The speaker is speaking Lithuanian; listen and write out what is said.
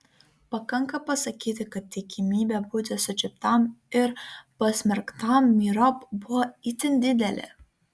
pakanka pasakyti kad tikimybė būti sučiuptam ir pasmerktam myriop buvo itin didelė